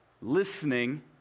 listening